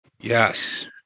Yes